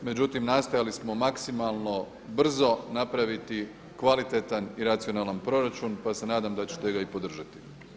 Međutim, nastojali smo maksimalno brzo napraviti kvalitetan i racionalan proračun pa se nadam da ćete ga i podržati.